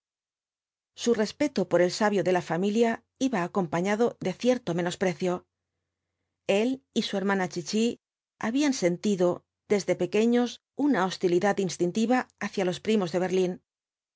su respeto por el sabio de la fa milia iba acompañado de cierto menosprecio el y su hermana chichi habían sentido desde pequeños una hostilidad instintiva hacia los primos de berlín